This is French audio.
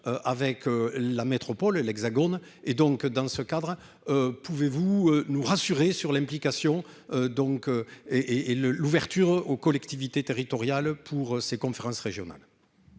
avec la métropole et l'Hexagone et donc dans ce cadre, pouvez-vous nous rassurer sur l'implication donc et et le l'ouverture aux collectivités territoriales pour ses conférences régionales.